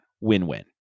win-win